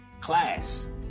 class